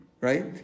right